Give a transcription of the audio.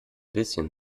bisschen